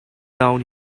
down